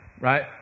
right